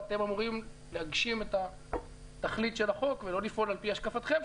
ואתם אמורים להגשים את התכלית של החוק ולא לפעול על פי השקפתכם.